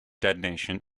detonation